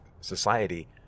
society